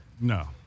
No